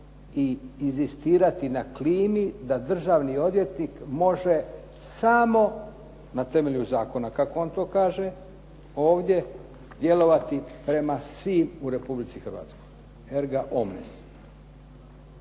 i inzistirati na klimi da državni odvjetnik može samo na temelju zakona, kako on to kaže ovdje, djelovati prema svima u Republici Hrvatskoj erga omnes.